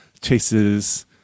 chases